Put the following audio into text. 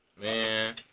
man